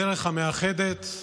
הדרך המאחדת,